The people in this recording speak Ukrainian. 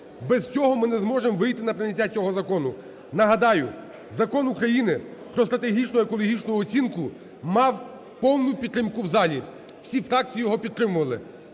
Без цього ми не зможемо вийти на прийняття цього закону. Нагадаю: Закон України "Про стратегічну екологічну оцінку" мав повну підтримку в залі, всі фракції його підтримували.